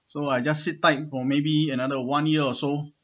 so I just sit tight for maybe another one year or so